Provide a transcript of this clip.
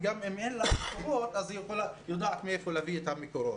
וגם אם אין לה מקורות היא יודעת מאיפה להביא את המקורות.